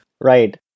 right